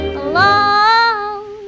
alone